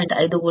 5వోల్ట్లు